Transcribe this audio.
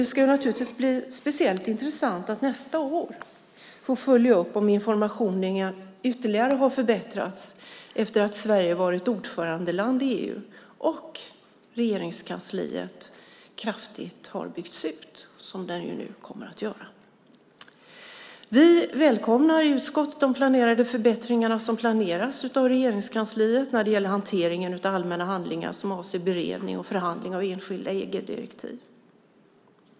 Det ska naturligtvis bli speciellt intressant att nästa år få följa upp om informationen ytterligare har förbättrats efter att Sverige har varit ordförandeland i EU och Regeringskansliet kraftigt har byggts ut, som nu kommer att ske. Vi i utskottet välkomnar de planerade förbättringar av Regeringskansliet när det gäller hanteringen av allmänna handlingar som avser beredning och förhandling av enskilda EG-direktiv.